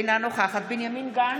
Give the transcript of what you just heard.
אינה נוכחת בנימין גנץ,